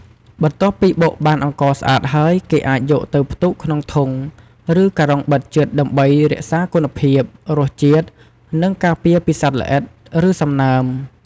បន្ទាប់ពីបុកបានអង្ករស្អាតហើយ គេអាចយកទៅផ្ទុកក្នុងធុង ឬការ៉ុងបិទជិត ដើម្បីរក្សាគុណភាព រសជាតិ និងការពារពីសត្វល្អិត ឬសំណើម។